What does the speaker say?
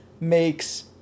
makes